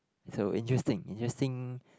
so interesting interesting